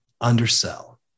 Undersell